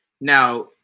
Now